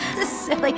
this is like